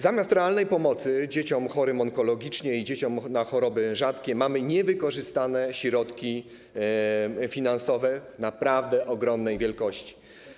Zamiast realnej pomocy dzieciom chorym onkologicznie i na choroby rzadkie mamy niewykorzystane środki finansowe naprawdę ogromnej wielkości.